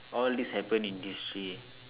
all this happen in history